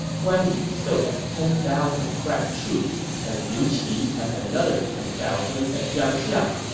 guan yu still has ten thousand crack troops, and liu qi has another ten thousand at jiangxia.